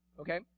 okay